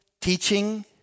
teaching